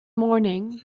morning